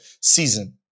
season